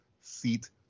seat